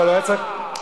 אבל הוא, אה.